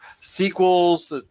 sequels